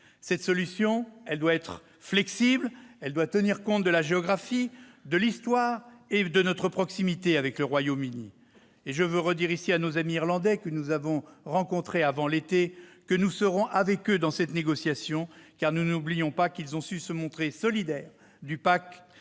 Cette solution doit être flexible, tenir compte de la géographie, de l'histoire et de notre proximité avec le Royaume-Uni. Je veux redire à nos amis irlandais, que nous avons rencontrés avant l'été, que nous serons avec eux dans cette négociation, car nous n'oublions pas qu'ils ont su se montrer solidaires du pack